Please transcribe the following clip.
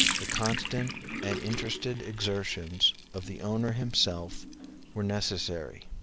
the constant and interested exertions of the owner himself were necessary